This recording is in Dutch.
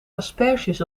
asperges